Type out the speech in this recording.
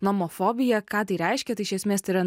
nomofobija ką tai reiškia tai iš esmės tai yra